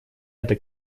эта